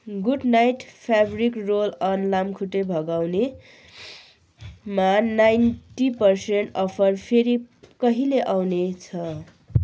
good Knight fabric roll on लाम्खुट्टे भगाउनेमा ninety percent offer फेरि कहिले आउने छ